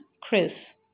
Chris